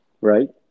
right